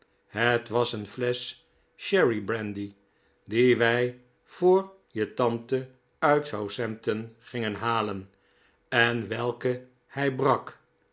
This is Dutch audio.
het was een flesch cherry brandy die wij voor je tante uit southampton gingen halen en welke hij brak